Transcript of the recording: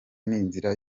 n’inzira